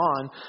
on